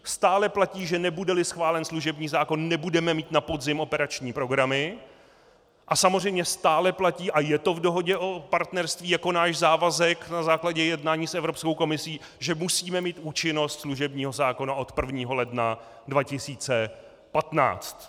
Stále platí, že nebudeli schválen služební zákon, nebudeme mít na podzim operační programy, a samozřejmě stále platí a je to v dohodě o partnerství jako náš závazek na základě jednání s Evropskou komisí, že musíme mít účinnost služebního zákona od 1. ledna 2015.